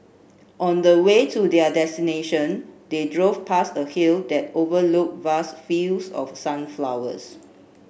on the way to their destination they drove past a hill that overlooked vast fields of sunflowers